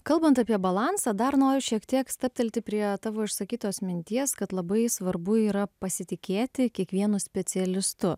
kalbant apie balansą dar noriu šiek tiek stabtelti prie tavo išsakytos minties kad labai svarbu yra pasitikėti kiekvienu specialistu